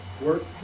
work